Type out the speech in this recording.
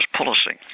policy